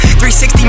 360